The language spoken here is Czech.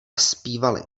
zpívali